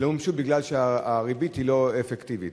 מפני שהריבית לא אפקטיבית.